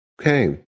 okay